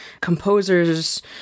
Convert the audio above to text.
composers